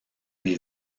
lui